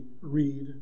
read